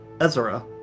Ezra